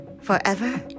Forever